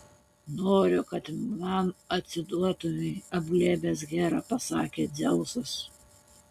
noriu kad man atsiduotumei apglėbęs herą pasakė dzeusas